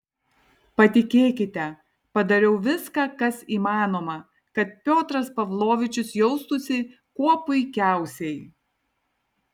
patikėkite padariau viską kas įmanoma kad piotras pavlovičius jaustųsi kuo puikiausiai